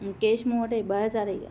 cash मूं वटि ॿ हज़ार ई आहे